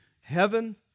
heaven